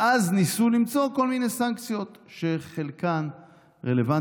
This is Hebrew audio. ואז ניסו למצוא כל מיני סנקציות שחלקן רלוונטיות,